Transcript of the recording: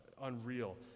unreal